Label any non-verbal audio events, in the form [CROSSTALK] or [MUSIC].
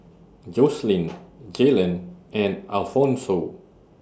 Jocelyn [NOISE] Jalen and Alphonso